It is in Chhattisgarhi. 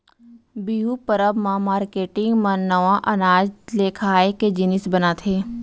बिहू परब म मारकेटिंग मन नवा अनाज ले खाए के जिनिस बनाथे